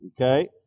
okay